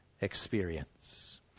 experience